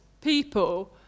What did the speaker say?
people